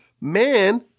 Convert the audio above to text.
man